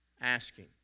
asking